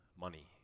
money